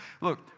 Look